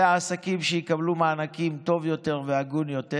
והעסקים שיקבלו מענקים טוב יותר והגון יותר,